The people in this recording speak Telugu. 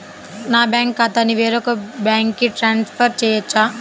నా బ్యాంక్ ఖాతాని వేరొక బ్యాంక్కి ట్రాన్స్ఫర్ చేయొచ్చా?